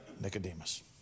Nicodemus